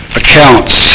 accounts